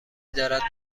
دارد